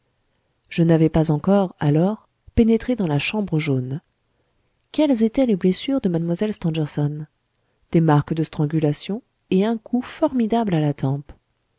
je n'avais pas encore alors pénétré dans la chambre jaune quelles étaient les blessures de mlle stangerson des marques de strangulation et un coup formidable à la tempe